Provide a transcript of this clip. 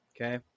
Okay